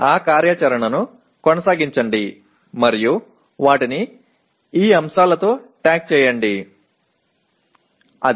அந்த செயல்பாட்டைத் தொடரவும் அவற்றை இந்த உறுப்புகளுடன் குறிக்கவும்